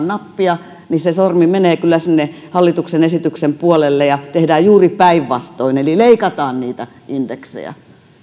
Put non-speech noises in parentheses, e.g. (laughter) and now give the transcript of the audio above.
(unintelligible) nappia niin se sormi menee kyllä sinne hallituksen esityksen puolelle ja tehdään juuri päinvastoin eli leikataan niitä indeksejä